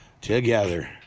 together